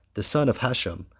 the son of hashem,